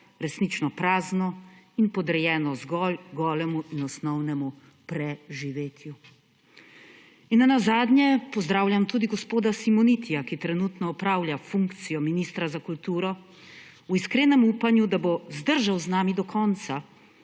resnično prazno in podrejeno zgolj golemu in osnovnemu preživetju. Nenazadnje pozdravljam tudi gospoda Simonitija, ki trenutno opravlja funkcijo ministra za kulturo v iskrenem upanju, da bo zdržal z nami do konca,